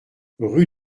rue